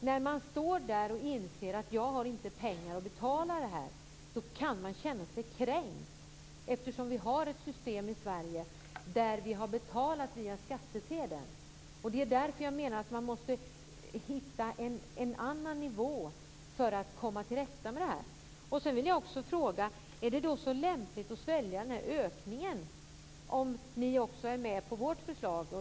När man står där och inser att man inte har pengar att betala detta kan man känna sig kränkt, eftersom vi har ett system i Sverige där vi har betalat via skattsedeln. Det är därför jag menar att man måste hitta en annan nivå för att komma till rätta med detta. Jag vill också fråga: Är det så lämpligt att svälja denna ökning, om ni också är med på vårt förslag?